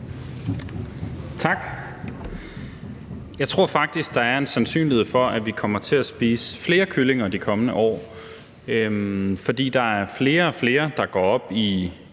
Tak. Jeg tror faktisk, der er en sandsynlighed for, at vi kommer til at spise flere kyllinger de kommende år, for der er flere og flere, der går op i